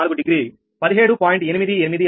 4 డిగ్రీ17